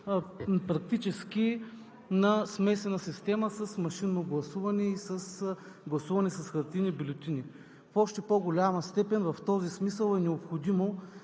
практически на смесена система с машинно гласуване и гласуване с хартиени бюлетини. В още по-голяма степен в този смисъл е необходимо